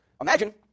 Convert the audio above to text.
imagine